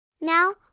Now